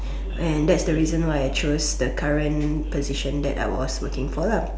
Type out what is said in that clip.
and that's the reason why I chose the current position that I was working for lah